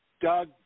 Doug